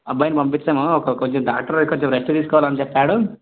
అబ్బాయిని పంపింస్తాము కొంచెం డాక్టర్ కొంచెం రెస్టు తీసుకోవాలని చెప్పాడు